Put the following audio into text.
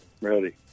ready